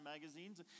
magazines